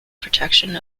protection